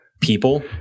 people